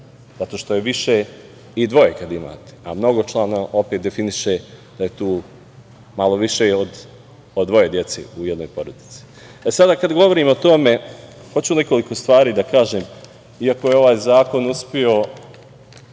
zato što je više i dvoje kad imate, a mnogočlana opet definiše da je tu malo više od dvoje dece u jednoj porodici. Kad govorimo o tome, hoću nekoliko stvari da kažem. Iako je ovaj zakon uspeo